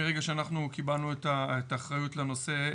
מרגע שאנחנו קיבלנו את האחריות לנושא,